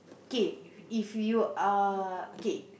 kay if you are okay